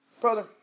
Brother